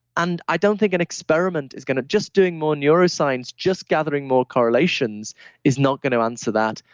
and i don't think an experiment is going to just doing more neuroscience, just gathering more correlations is not going to answer that.